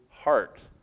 heart